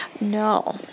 No